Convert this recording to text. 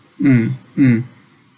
mm mm